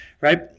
right